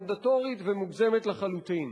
מנדטורית ומוגזמת לחלוטין.